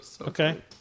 Okay